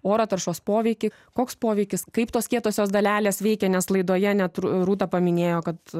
oro taršos poveikį koks poveikis kaip tos kietosios dalelės veikia nes laidoje net rū rūta paminėjo kad